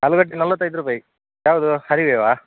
ಆಲೂಗಡ್ಡೆ ನಲ್ವತ್ತೈದು ರೂಪಾಯಿ ಯಾವುದು ಹರಿವೆಯಾ